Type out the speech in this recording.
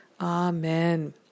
Amen